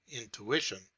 intuition